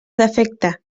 defecte